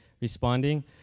responding